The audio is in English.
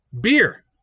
beer